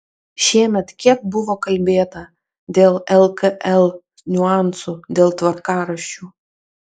šiemet kiek buvo kalbėta dėl lkl niuansų dėl tvarkaraščių